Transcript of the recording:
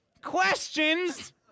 questions